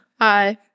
Hi